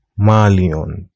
malion